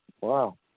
Wow